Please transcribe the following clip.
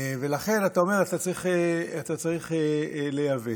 ולכן אתה אומר שצריך לייבא.